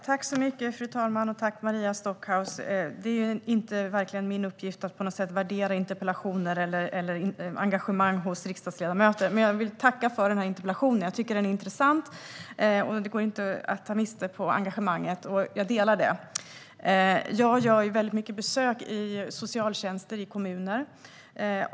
Fru talman! Tack, Maria Stockhaus! Det är verkligen inte på något sätt min uppgift att värdera interpellationer eller engagemang hos riksdagsledamöter, men jag vill tacka för interpellationen. Jag tycker att den är intressant. Det går inte att ta miste på engagemanget, och jag delar det. Jag gör väldigt mycket besök i socialtjänster i kommuner.